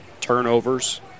turnovers